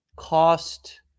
Cost